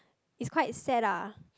is quite sad lah